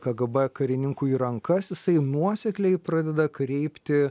kgb karininkui į rankas jisai nuosekliai pradeda kreipti